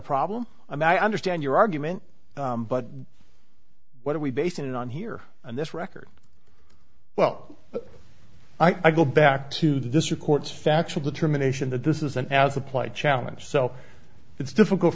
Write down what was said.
problem i'm at i understand your argument but what do we base it on here and this record well i go back to the district court's factual determination that this is an as applied challenge so it's difficult